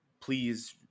please